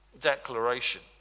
declaration